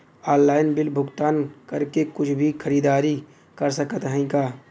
Online bill भुगतान करके कुछ भी खरीदारी कर सकत हई का?